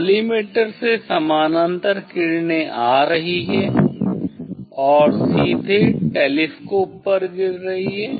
collimator से समानांतर किरणें आ रही हैं और सीधे टेलीस्कोप पर गिर रही हैं